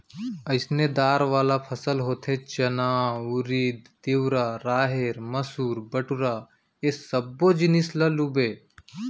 अइसने दार वाला फसल होथे चना, उरिद, तिंवरा, राहेर, मसूर, बटूरा ए सब्बो जिनिस ल लूबे